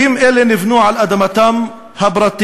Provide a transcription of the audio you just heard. בתים אלה נבנו על אדמתם הפרטית,